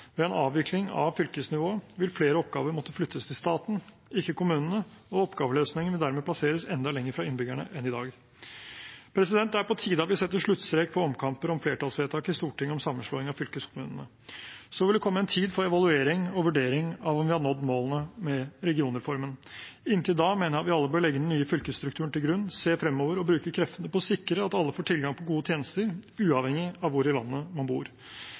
Ved en avvikling av fylkesnivået vil flere oppgaver måtte flyttes til staten, ikke kommunene, og oppgaveløsningen vil dermed plasseres enda lenger fra innbyggerne enn i dag. Det er på tide at vi setter sluttstrek for omkamper om flertallsvedtak i Stortinget om sammenslåing av fylkeskommunene. Så vil det komme en tid for evaluering og vurdering av om vi har nådd målene med regionreformen. Inntil da mener jeg at vi alle bør legge den nye fylkesstrukturen til grunn, se fremover og bruke kreftene på å sikre at alle får tilgang på gode tjenester uavhengig av hvor i landet man bor.